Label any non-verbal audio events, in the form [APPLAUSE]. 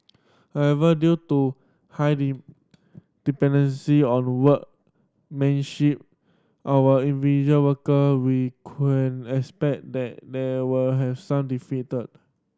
however due to high [UNINTELLIGIBLE] dependency on workmanship of individual worker we can expect that there will have some defected